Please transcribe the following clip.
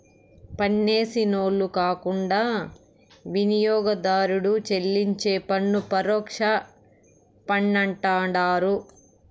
పన్నేసినోళ్లు కాకుండా వినియోగదారుడు చెల్లించే పన్ను పరోక్ష పన్నంటండారు